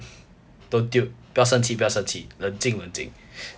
don't tilt 不要生气不要生气冷静冷静